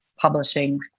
publishing